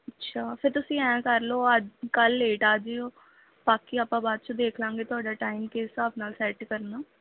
ਅੱਛਾ ਫਿਰ ਤੁਸੀਂ ਐਂ ਕਰ ਲਓ ਅਜ ਕੱਲ ਲੇਟ ਆ ਜਿਓ ਬਾਕੀ ਆਪਾਂ ਬਾਅਦ 'ਚ ਦੇਖ ਲਵਾਂਗੇ ਤੁਹਾਡਾ ਟਾਈਮ ਕਿਸ ਹਿਸਾਬ ਨਾਲ ਸੈਟ ਕਰਨਾ